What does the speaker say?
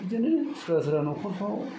बिदिनो सोरबा सोरबा न'खरफोराव